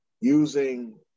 using